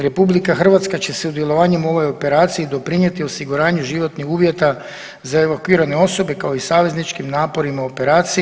RH će sudjelovanjem u ovoj operaciji doprinijeti osiguranju životnih uvjeta za evakuirane osobe kao i savezničkim naporima u operaciji.